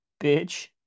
bitch